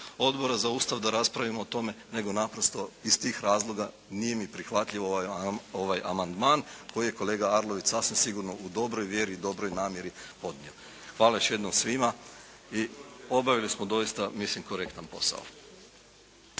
Odbora za Ustav da raspravimo o tome, nego naprosto iz tih razloga nije mi prihvatljiv ovaj amandman koji je kolega Arlović sasvim sigurno u dobroj vjeri i dobroj namjeri podnio. Hvala još jednom svima. I obavili smo doista mislim korektan posao.